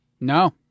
No